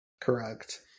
Correct